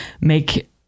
make